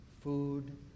food